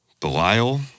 Belial